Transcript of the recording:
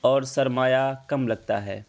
اور سرمایہ کم لگتا ہے